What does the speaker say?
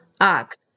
act